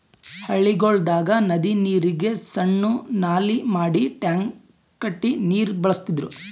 ಹಳ್ಳಿಗೊಳ್ದಾಗ್ ನದಿ ನೀರಿಗ್ ಸಣ್ಣು ನಾಲಿ ಮಾಡಿ ಟ್ಯಾಂಕ್ ಕಟ್ಟಿ ನೀರ್ ಬಳಸ್ತಿದ್ರು